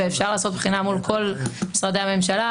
ואפשר לעשות בחינה מול כל משרדי הממשלה.